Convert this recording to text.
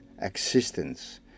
existence